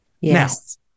Yes